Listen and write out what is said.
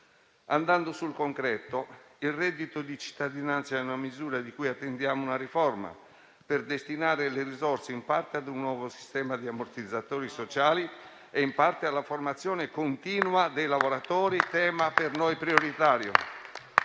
Andando sul concreto: il reddito di cittadinanza è una misura di cui attendiamo una riforma, per destinare le risorse in parte ad un nuovo sistema di ammortizzatori sociali e in parte alla formazione continua dei lavoratori, tema per noi prioritario.